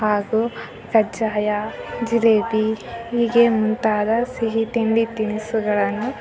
ಹಾಗು ಕಜ್ಜಾಯ ಜಿಲೇಬಿ ಹೀಗೆ ಮುಂತಾದ ಸಿಹಿ ತಿಂಡಿ ತಿನಿಸುಗಳನ್ನು